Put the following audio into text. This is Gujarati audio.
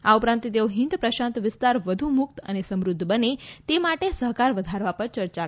આ ઉપરાંત તેઓ હિન્દ પ્રશાંત વિસ્તાર વધુ મુક્ત અને સમૃદ્ધ બને તે માટે સહકાર વધારવા પર ચર્ચા કરશે